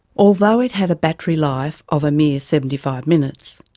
although it had a battery life of a mere seventy five minutes,